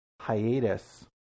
hiatus